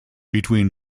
between